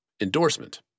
endorsement